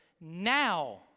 now